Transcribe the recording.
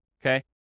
okay